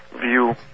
view